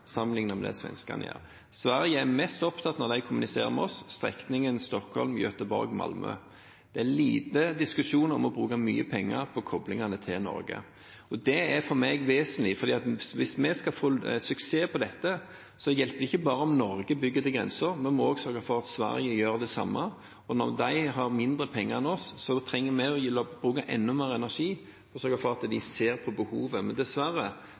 nærmeste årene enn svenskene. Når Sverige kommuniserer med oss, er de mest opptatt av strekningen Stockholm–Göteborg–Malmö. Det er lite diskusjon om å bruke mye penger på koblingene til Norge. Det er vesentlig for meg, for hvis vi skal få suksess når det gjelder dette, hjelper det ikke om bare Norge bygger til grensen. Vi må sørge for at Sverige gjør det samme. Når de har mindre penger enn oss, trenger vi å bruke enda mer energi på å sørge for at de ser behovet. Dessverre er ikke strekningene til Norge hovedveiene for dem, men